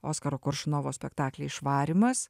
oskaro koršunovo spektakly išvarymas